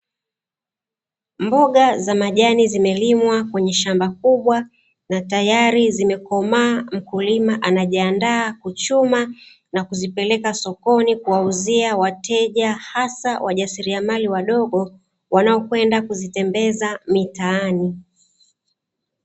Mboga za majani zimelimwa kwenye shamba kubwa, na tayari zimekomaa mkulima anajiandaa kuchuma na kuzipeleka sokoni, kuwauzia wateja hasa wajasiliamali wadogo wanaokwenda kuzitembeza mitaani.